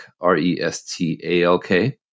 R-E-S-T-A-L-K